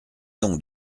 donc